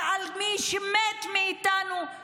ועל זה שמי שמת מאיתנו זה